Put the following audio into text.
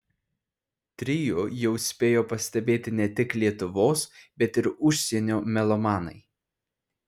trio jau spėjo pastebėti ne tik lietuvos bet ir užsienio melomanai